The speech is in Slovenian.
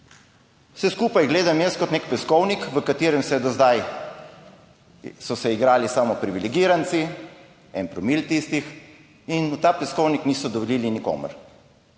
Vse skupaj gledam jaz kot nek peskovnik, v katerem so se do zdaj igrali samo privilegiranci, ena promila tistih, in v ta peskovnik niso dovolili nikomur.